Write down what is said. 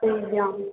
ତିନି ଜଣ